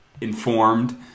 informed